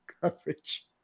coverage